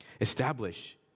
establish